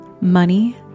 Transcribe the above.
Money